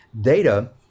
data